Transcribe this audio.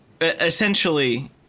essentially